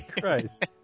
Christ